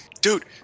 Dude